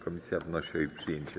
Komisja wnosi o jej przyjęcie.